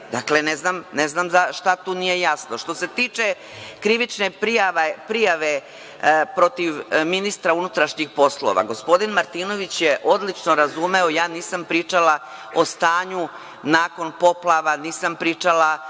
Dakle, ne znam šta tu nije jasno. Što se tiče krivične prijave protiv ministra unutrašnjih poslova, gospodin Martinović je odlično razumeo, ja nisam pričala o stanju nakon poplava, nisam pričala